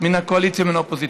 מן הקואליציה ומן האופוזיציה,